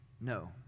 no